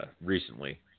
recently